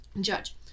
Judge